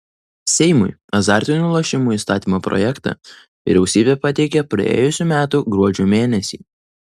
seimui azartinių lošimų įstatymo projektą vyriausybė pateikė praėjusių metų gruodžio mėnesį